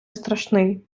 страшний